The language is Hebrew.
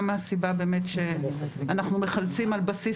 גם מהסיבה באמת שאנחנו מחלצים על בסיס